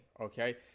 okay